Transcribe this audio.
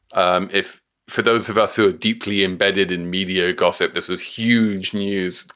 um if for those of us who are deeply embedded in media gossip, this is huge news.